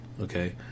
okay